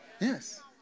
Yes